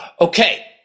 Okay